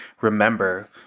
remember